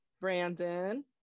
Brandon